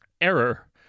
Error